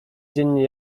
dziennie